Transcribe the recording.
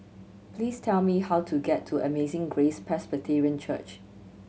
please tell me how to get to Amazing Grace Presbyterian Church